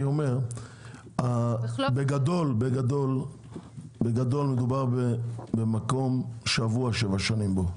אני אומר שבגדול מדובר במקום שעברו השבע שנים בו,